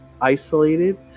isolated